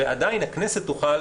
ועדיין הכנסת תוכל